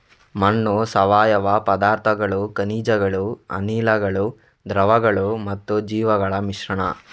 ಮಣ್ಣು ಸಾವಯವ ಪದಾರ್ಥಗಳು, ಖನಿಜಗಳು, ಅನಿಲಗಳು, ದ್ರವಗಳು ಮತ್ತು ಜೀವಿಗಳ ಮಿಶ್ರಣ